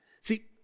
See